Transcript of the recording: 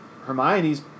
Hermione's